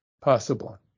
possible